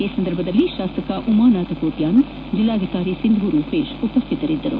ಈ ಸಂದರ್ಭದಲ್ಲಿ ಶಾಸಕ ಉಮಾನಾಥ್ ಕೋಟ್ಯಾನ್ ಜಿಲ್ಡಾಧಿಕಾರಿ ಸಿಂಧೂ ರೂಪೇಶ್ ಉಪಸ್ಥಿತರಿದ್ದರು